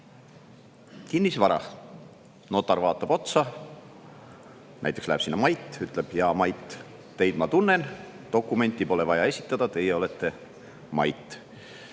kinnisvara, notar vaatab otsa. Näiteks läheb sinna Mait, notar ütleb: "Jaa, Mait, teid ma tunnen, dokumenti pole vaja esitada, teie olete Mait."